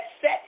set